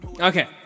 Okay